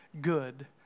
good